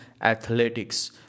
athletics